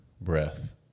breath